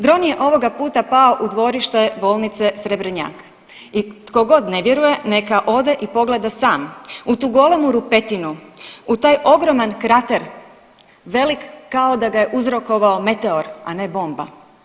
Dron je ovoga puta pao u dvorište bolnice Srebrnjak i tko god ne vjeruje neka ode i pogleda sam u tu golemu rupetinu, u taj ogroman krater velik kao da ga je uzrokovao meteor a ne bomba.